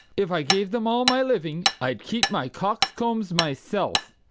if i gave them all my living, i'd keep my coxcombs myself.